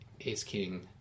Ace-King